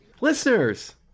Listeners